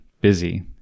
busy